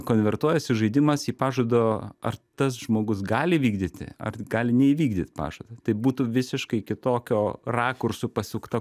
konvertuojasi žaidimas į pažado ar tas žmogus gali vykdyti ar gali neįvykdyt pažado tai būtų visiškai kitokio rakursu pasukta